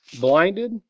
Blinded